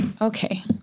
Okay